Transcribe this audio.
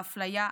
האפליה,